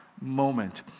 moment